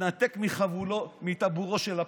תתנתק מטבורו של לפיד.